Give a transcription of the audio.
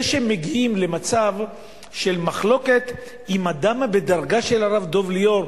זה שמגיעים למצב של מחלוקת עם אדם בדרגה של הרב דב ליאור,